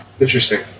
Interesting